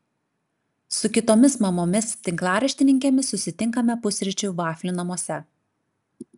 su kitomis mamomis tinklaraštininkėmis susitinkame pusryčių vaflių namuose